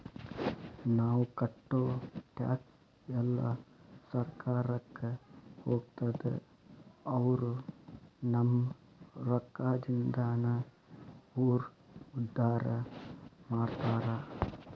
ನಾವ್ ಕಟ್ಟೋ ಟ್ಯಾಕ್ಸ್ ಎಲ್ಲಾ ಸರ್ಕಾರಕ್ಕ ಹೋಗ್ತದ ಅವ್ರು ನಮ್ ರೊಕ್ಕದಿಂದಾನ ಊರ್ ಉದ್ದಾರ ಮಾಡ್ತಾರಾ